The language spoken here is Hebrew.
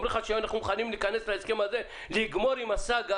הם אומרים לך שהם מוכנים להיכנס להסכם הזה ולגמור עם הסאגה